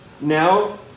Now